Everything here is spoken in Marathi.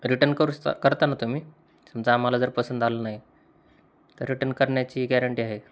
रिटर्न करू श करताना तुम्ही समजा आम्हाला जर पसंद आलं नाही तर रिटर्न करण्याची गॅरंटी आहे